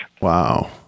Wow